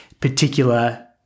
particular